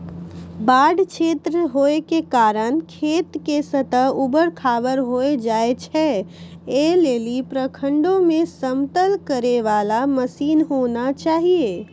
बाढ़ क्षेत्र होय के कारण खेत के सतह ऊबड़ खाबड़ होय जाए छैय, ऐ लेली प्रखंडों मे समतल करे वाला मसीन होना चाहिए?